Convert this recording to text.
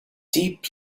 deep